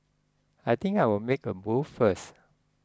I think I'll make a move first